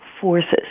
forces